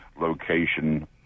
location